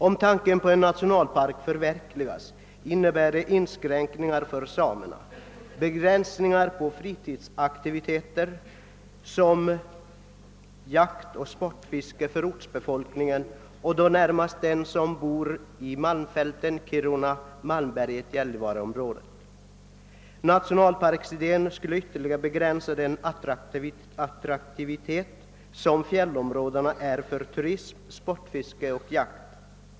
Om tanken på en nationalpark förverkligas innebär det begränsningar i samernas näringsutövning ävensom i sådana fritidsaktiviteter som jakt och sportfiske för ortsbefolkningen, mnärmast den som bor i Kiruna—Malmberget—Gällivare-området. Vidare skulle fjällområdenas attraktion för turism, sportfiske och jakt minskas.